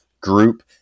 group